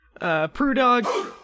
Prudog